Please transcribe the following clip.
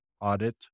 audit